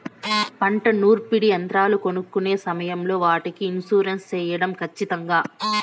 పంట నూర్పిడి యంత్రాలు కొనుక్కొనే సమయం లో వాటికి ఇన్సూరెన్సు సేయడం ఖచ్చితంగా?